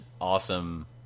awesome